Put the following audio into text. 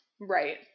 Right